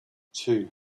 two